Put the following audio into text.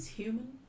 Human